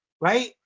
Right